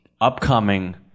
upcoming